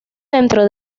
dentro